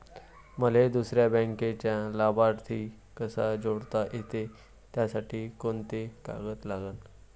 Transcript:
मले दुसऱ्या बँकेचा लाभार्थी कसा जोडता येते, त्यासाठी कोंते कागद लागन?